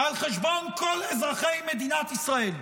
על חשבון כל אזרחי מדינת ישראל,